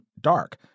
dark